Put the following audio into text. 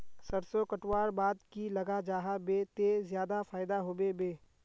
सरसों कटवार बाद की लगा जाहा बे ते ज्यादा फायदा होबे बे?